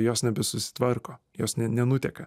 jos nebesusitvarko jos ne nenuteka